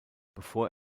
bevor